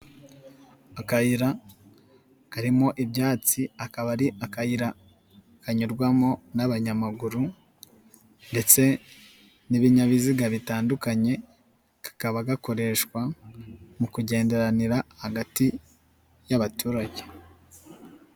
Akayira karimo ibyatsi, akaba ari akayira kanyurwamo n'abanyamaguru, ndetse n'ibinyabiziga bitandukanye, kakaba gakoreshwa mu kugenderanira hagati y'abaturage.